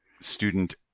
student